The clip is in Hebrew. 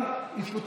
יתפוטר.